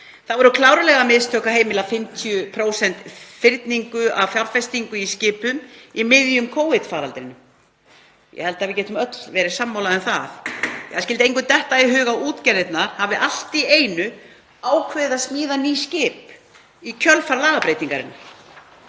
Það voru klárlega mistök að heimila 50% fyrningu af fjárfestingu í skipum í miðjum Covid-faraldrinum. Ég held að við getum öll verið sammála um það. Það skyldi engum detta í hug að útgerðirnar hafi allt í einu ákveðið að smíða ný skip í kjölfar lagabreytingarinnar.